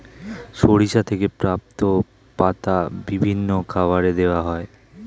সরিষা থেকে প্রাপ্ত পাতা বিভিন্ন খাবারে দেওয়া হয়